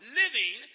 living